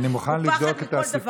הוא פחד מכל דבר אחר.